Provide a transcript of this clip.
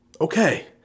okay